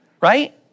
right